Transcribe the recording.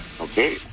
Okay